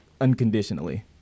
unconditionally